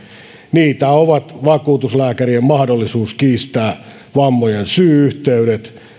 niitä ovat vakuutuslääkärien mahdollisuus kiistää vammojen syy yhteydet